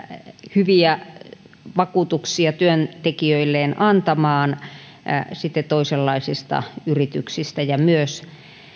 hyviä vakuutuksia työntekijöilleen antamaan toisenlaisista yrityksistä ja myös